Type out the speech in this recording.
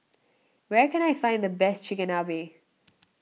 where can I find the best Chigenabe